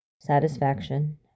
satisfaction